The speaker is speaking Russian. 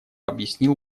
объяснил